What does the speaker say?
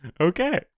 Okay